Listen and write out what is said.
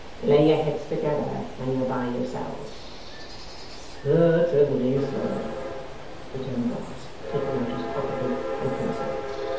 lay your heads together when you're by yourselves certainly, sir returned brass, taking out his pocket-book and pencil.